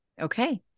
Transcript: Okay